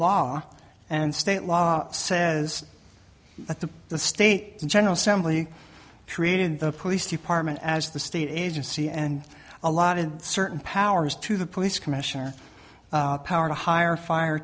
law and state law says that the the state general assembly created the police department as the state agency and a lot of certain powers to the police commissioner power to hire fire